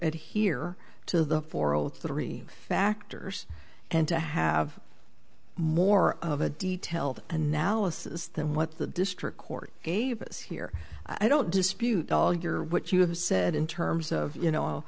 get here to the for all three factors and to have more of a detailed analysis than what the district court gave us here i don't dispute all your what you have said in terms of you know